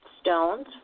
stones